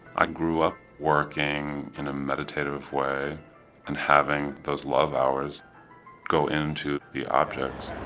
i grew up working in a meditative way and having those love hours go into the objects.